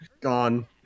...gone